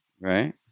right